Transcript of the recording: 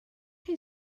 chi